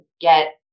get